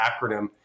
acronym